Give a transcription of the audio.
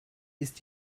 ist